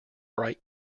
bright